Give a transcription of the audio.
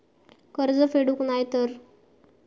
कर्ज फेडूक नाय तर?